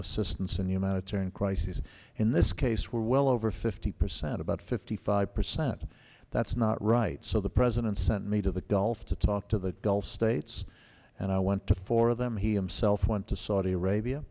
assistance and humanitarian crises in this case were well over fifty percent about fifty five percent that's not right so the president sent me to the gulf to talk to the gulf states and i went to four of them he himself went to saudi arabia